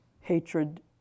hatred